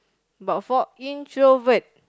about four introvert